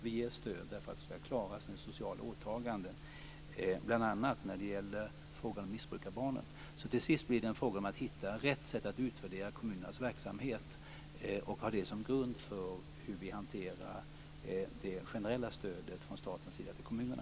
Vi ger stöd för att kommunerna skall klara sina sociala åtaganden bl.a. när det gäller frågan om missbrukarbarnen. Till sist blir det alltså en fråga om att hitta rätt sätt att utvärdera kommunernas verksamhet och ha det som grund för hur vi hanterar det generella stödet från staten till kommunerna.